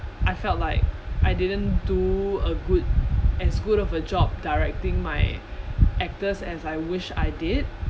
I felt like I didn't do a good as good of a job directing my actors as I wished I did